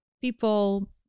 people